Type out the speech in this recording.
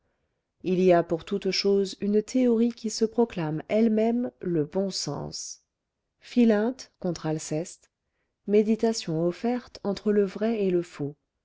il y a pour toute chose une théorie qui se proclame elle-même le bon sens philinte contre alceste médiation offerte entre le vrai et le faux